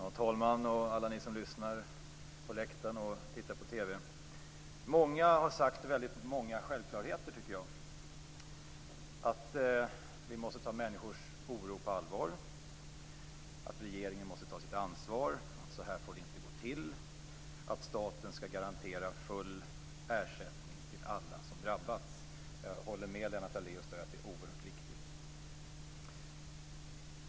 Fru talman! Ni som lyssnar på läktaren och tittar på TV! Många har sagt väldigt många självklarheter tycker jag. Vi måste ta människors oro på allvar. Regeringen måste ta sitt ansvar. Så här får det inte gå till. Staten skall garantera full ersättning till alla som drabbas - jag håller med Lennart Daléus om att det är oerhört viktigt.